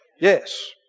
Yes